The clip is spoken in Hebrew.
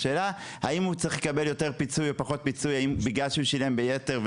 השאלה האם הוא צריך לקבל יותר פיצוי או פחות פיצוי בגלל שהוא שילם ביתר,